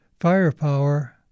firepower